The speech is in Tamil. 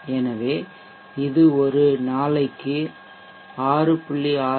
எனவே இது ஒரு நாளைக்கு 6